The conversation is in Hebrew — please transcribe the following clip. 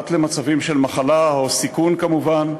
פרט למצבים של מחלה או סיכון כמובן,